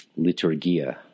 liturgia